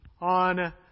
on